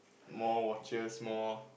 more watches more